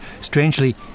Strangely